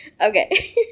Okay